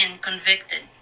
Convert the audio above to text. convicted